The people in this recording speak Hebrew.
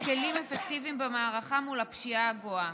כלים אפקטיביים במערכה מול הפשיעה הגואה.